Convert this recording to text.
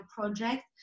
project